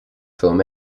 firm